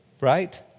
Right